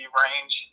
range